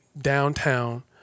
downtown